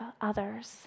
others